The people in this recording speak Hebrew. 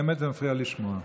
באמת, זה מפריע לשמוע.